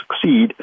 succeed